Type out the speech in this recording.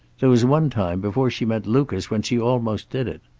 there was one time, before she met lucas, when she almost did it.